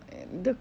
and the